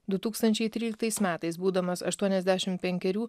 du tūkstančiai tryliktais metais būdamas aštuoniasdešim penkerių